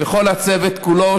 לכל הצוות כולו,